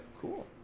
cool